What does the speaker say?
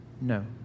No